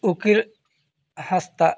ᱩᱠᱤᱞ ᱦᱟᱸᱥᱫᱟ